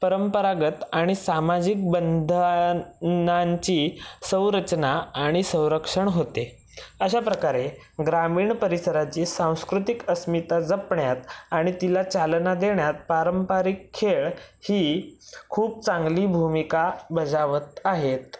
परंपरागत आणि सामाजिक बंधानांची संरचना आणि संरक्षण होते अश्या प्रकारे ग्रामीण परिसराची सांस्कृतिक अस्मिता जपण्यात आणि तिला चालना देण्यात पारंपरिक खेळ ही खूप चांगली भूमिका बजावत आहेत